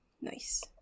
Nice